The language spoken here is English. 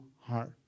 heart